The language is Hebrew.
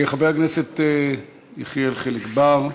חבר הכנסת יחיאל חיליק בר.